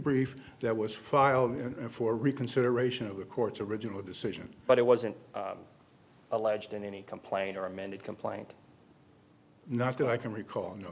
brief that was filed and for reconsideration of the court's original decision but it wasn't alleged in any complaint or amended complaint not that i can recall no